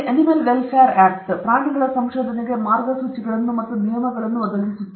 ಆದ್ದರಿಂದ animal welfare act ಪ್ರಾಣಿಗಳ ಸಂಶೋಧನೆಗೆ ಮಾರ್ಗಸೂಚಿಗಳನ್ನು ಮತ್ತು ನಿಯಮಗಳನ್ನು ಒದಗಿಸುತ್ತದೆ